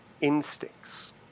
instincts